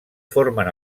formen